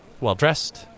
well-dressed